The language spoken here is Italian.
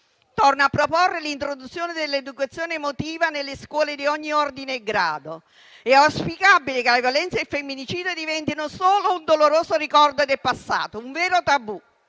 Torno a proporre l'introduzione dell'educazione emotiva nelle scuole di ogni ordine e grado. È auspicabile che la violenza e il femminicidio diventino solo un doloroso ricordo del passato, un vero tabù.